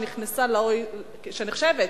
שנחשבת